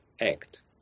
act